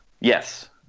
Yes